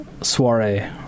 soiree